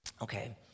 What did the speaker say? okay